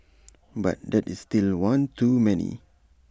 but that is still one too many